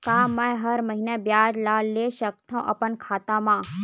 का मैं हर महीना ब्याज ला ले सकथव अपन खाता मा?